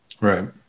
Right